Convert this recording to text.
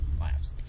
laughs